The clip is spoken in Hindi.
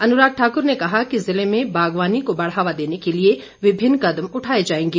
अनुराग ठाकुर ने कहा कि जिले में बागवानी को बढ़ावा देने के लिए विभिन्न कदम उठाए जाएंगे